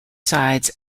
sides